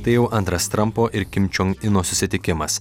tai jau antras trampo ir kim čion ino susitikimas